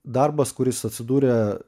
darbas kuris atsidūrė